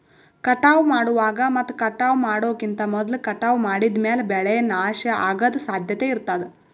ಕಟಾವ್ ಮಾಡುವಾಗ್ ಮತ್ ಕಟಾವ್ ಮಾಡೋಕಿಂತ್ ಮೊದ್ಲ ಕಟಾವ್ ಮಾಡಿದ್ಮ್ಯಾಲ್ ಬೆಳೆ ನಾಶ ಅಗದ್ ಸಾಧ್ಯತೆ ಇರತಾದ್